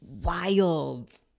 wild